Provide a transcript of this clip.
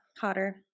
hotter